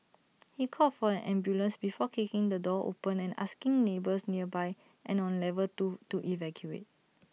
he called for an ambulance before kicking the door open and asking neighbours nearby and on level two to evacuate